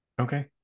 Okay